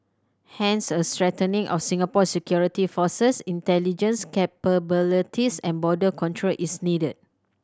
hence a strengthening of Singapore's security forces intelligence capabilities and border control is needed